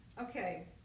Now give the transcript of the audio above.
Okay